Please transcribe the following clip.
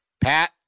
Pat